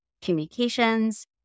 communications